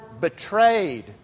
betrayed